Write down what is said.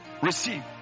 receive